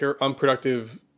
unproductive